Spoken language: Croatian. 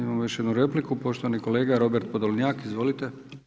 Imamo još jednu repliku, poštovani kolega Robert Podolnjak, izvolite.